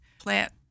Plant